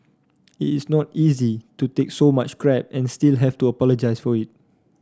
it is not easy to take so much crap and still have to apologise for it